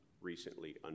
recently